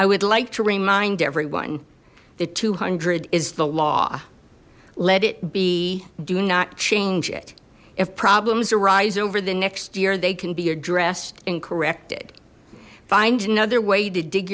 i would like to remind everyone the two hundred is the law let it be do not change it if problems arise over the next year they can be addressed and corrected find another way to dig